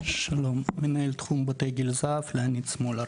שלום, מנהל תחום בתי גיל הזהב, לאוניד סמוליאר